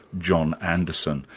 john anderson,